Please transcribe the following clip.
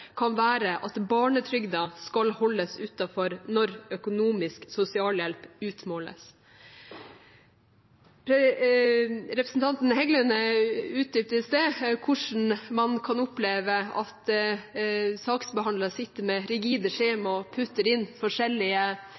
kan være at barnetrygden skal holdes utenfor når økonomisk sosialhjelp utmåles. Representanten Heggelund utdypet i sted hvordan man kan oppleve at saksbehandlere sitter med rigide skjema og putter inn forskjellige